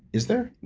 is there?